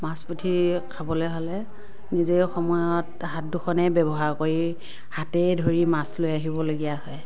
মাছ পুঠি খাবলৈ হ'লে নিজে সময়ত হাত দুখনেই ব্যৱহাৰ কৰি হাতেই ধৰি মাছ লৈ আহিবলগীয়া হয়